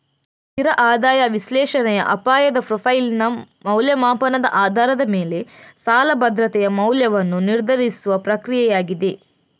ಸ್ಥಿರ ಆದಾಯ ವಿಶ್ಲೇಷಣೆಯ ಅಪಾಯದ ಪ್ರೊಫೈಲಿನ ಮೌಲ್ಯಮಾಪನದ ಆಧಾರದ ಮೇಲೆ ಸಾಲ ಭದ್ರತೆಯ ಮೌಲ್ಯವನ್ನು ನಿರ್ಧರಿಸುವ ಪ್ರಕ್ರಿಯೆಯಾಗಿದೆ